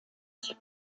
sich